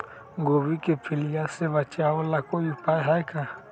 गोभी के पीलिया से बचाव ला कोई उपाय है का?